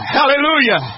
hallelujah